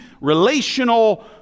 relational